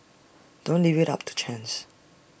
don't leave IT up to chance